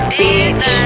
bitch